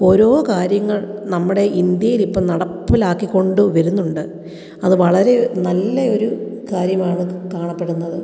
ഓരോ കാര്യങ്ങൾ നമ്മുടെ ഇന്ത്യയിൽ ഇപ്പോൾ നടപ്പിലാക്കിക്കൊണ്ട് വരുന്നുണ്ട് അത് വളരെ നല്ലയൊരു കാര്യമാണ് കാണപ്പെടുന്നത്